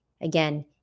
again